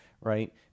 right